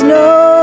no